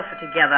together